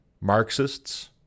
Marxists